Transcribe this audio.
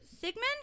Sigmund